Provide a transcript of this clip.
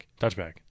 Touchback